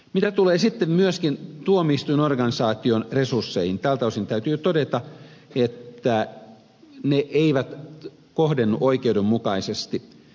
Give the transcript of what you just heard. mitä tulee sitten myöskin tuomioistuinorganisaation resursseihin niin tältä osin täytyy todeta että ne eivät kohdennu oikeudenmukaisesti